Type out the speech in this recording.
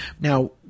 Now